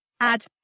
add